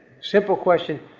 simple question,